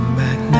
back